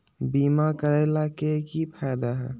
बीमा करैला के की फायदा है?